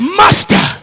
master